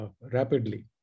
rapidly